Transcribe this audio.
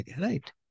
right